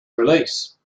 release